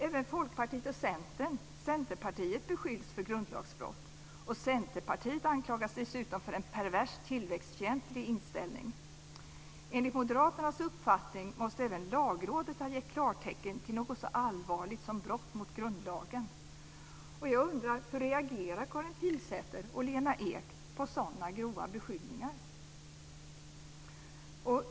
Även Folkpartiet och Centerpartiet beskylls för grundlagsbrott. Centerpartiet anklagas dessutom för en pervers tillväxtfientlig inställning. Enligt Moderaternas uppfattning måste även Lagrådet ha givit klartecken till något så allvarligt som brott mot grundlagen. Jag undrar: Hur reagerar Karin Pilsäter och Lena Ek på sådana grova beskyllningar?